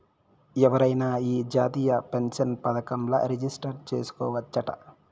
ఎవరైనా ఈ జాతీయ పెన్సన్ పదకంల రిజిస్టర్ చేసుకోవచ్చట